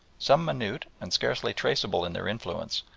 some minute and scarcely traceable in their influence,